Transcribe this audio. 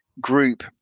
group